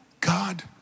God